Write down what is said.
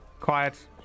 quiet